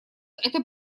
это